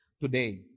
today